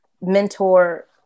mentor